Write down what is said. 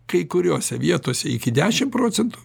kai kuriose vietose iki dešimt procentų